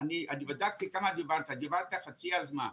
אני בדקתי כמה דיברת, דיברת חצי הזמן.